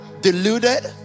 deluded